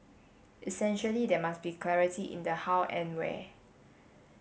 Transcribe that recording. essentially there must be clarity in the how and where